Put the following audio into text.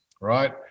right